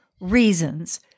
reasons